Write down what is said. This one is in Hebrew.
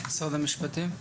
משרד המשפטים.